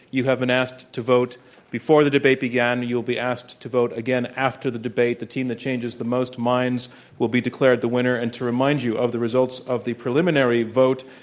you have been asked to vote before the debate began and you'll be asked to vote again after the debate, the team that changes the most minds will be declared the winner and to remind you of the results of the preliminary vote,